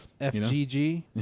FGG